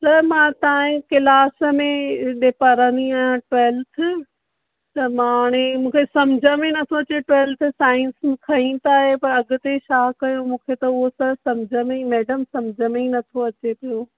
sir मां तव्हांजी class में हिते पढ़ंदी आहियां टवैल्फथ त मां हाणे मूंखे समुझ में नथो अचे टवैल्फथ साईंस खईं त आहे पर अॻिते छा कयां मूंखे त उहो सभु समुझ में ई मैडम समुझ में ई नथो अचे पियो